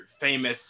famous